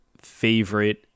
favorite